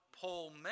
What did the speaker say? Paul